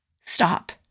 Stop